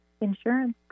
insurance